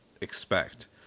expect